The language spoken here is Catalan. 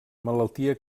malaltia